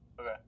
Okay